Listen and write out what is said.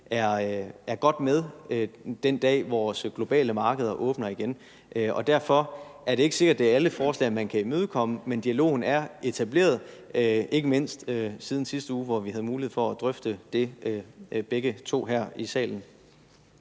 er godt med, den dag hvor det globale marked åbner igen. Og derfor er det ikke sikkert, at det er alle forslag, man kan imødekomme. Men dialogen er etableret, ikke mindst siden sidste uge, hvor vi begge to havde mulighed for at drøfte det her i salen.